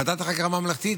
וועדת החקירה הממלכתית,